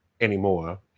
anymore